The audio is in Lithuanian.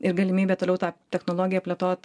ir galimybė toliau tą technologiją plėtot